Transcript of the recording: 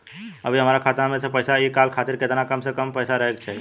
अभीहमरा खाता मे से पैसा इ कॉल खातिर केतना कम से कम पैसा रहे के चाही?